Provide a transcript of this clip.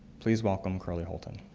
please welcome curlee holton.